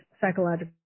psychological